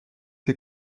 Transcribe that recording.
été